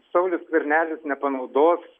saulius skvernelis nepanaudos